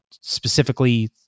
specifically